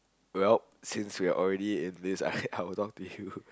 well since we are already in this